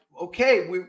okay